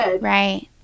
Right